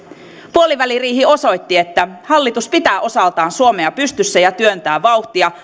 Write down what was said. puoliväliriihi osoitti että hallitus pitää osaltaan suomea pystyssä ja työntää vauhtia